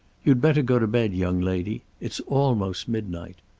you'd better go to bed, young lady. it's almost midnight.